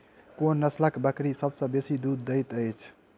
कोन नसलक बकरी सबसँ बेसी दूध देइत अछि?